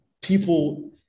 people